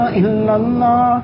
illallah